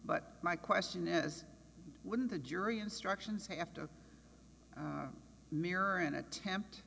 but my question is wouldn't the jury instructions have to mirror an attempt